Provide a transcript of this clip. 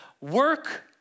work